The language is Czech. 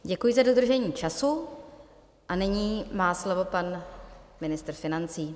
Děkuji za dodržení času a nyní má slovo pan ministr financí.